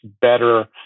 better